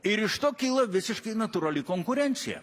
ir iš to kyla visiškai natūrali konkurencija